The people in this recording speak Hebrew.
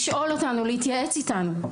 לשאול אותנו,